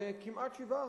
בכמעט 7%,